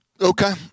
Okay